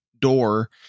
door